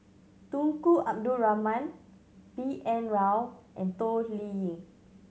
Tunku Abdul Rahman B N Rao and Toh Liying